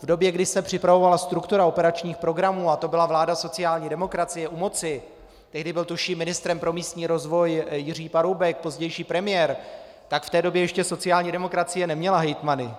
V době, kdy se připravovala struktura operačních programů, a to byla vláda sociální demokracie u moci tehdy byl tuším ministrem pro místní rozvoj Jiří Paroubek, pozdější premiér , tak v té době ještě sociální demokracie neměla hejtmany.